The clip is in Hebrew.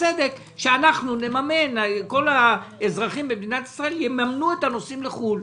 שכל אזרחי מדינת ישראל יממנו את הנוסעים לחו"ל,